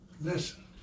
Listen